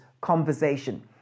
conversation